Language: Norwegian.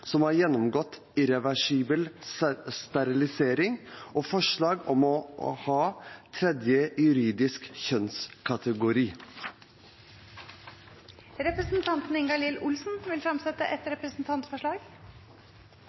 som har gjennomgått irreversibel sterilisering, og forslag om en tredje juridisk kjønnskategori. Representanten Ingalill Olsen vil fremsette et